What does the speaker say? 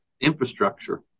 infrastructure